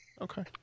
Okay